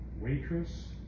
waitress